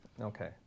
okay